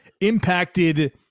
impacted